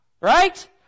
Right